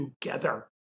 together